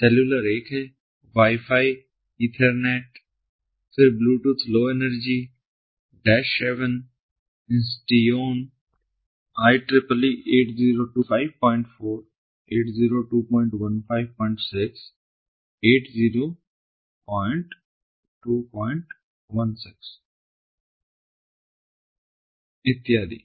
cellular एक है wi fi ethernet फिर bluetooth low energy dash 7 Insteon IEEE 802154 802156 80216 इत्यादि